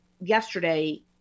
yesterday